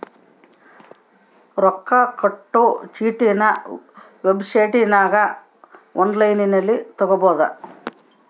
ರೊಕ್ಕ ಕಟ್ಟೊ ಚೀಟಿನ ವೆಬ್ಸೈಟನಗ ಒನ್ಲೈನ್ನಲ್ಲಿ ತಗಬೊದು